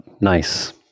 nice